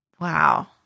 Wow